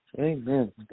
Amen